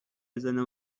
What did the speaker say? بزنه